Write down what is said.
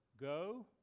go